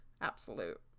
absolute